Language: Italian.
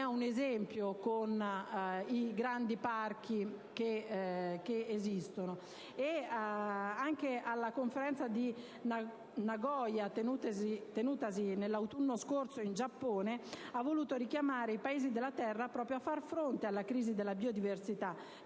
un esempio con i grandi parchi che esistono. Anche la Conferenza di Nagoya, tenutasi nell'autunno scorso in Giappone, ha voluto richiamare i Paesi della terra a far fronte alla crisi della biodiversità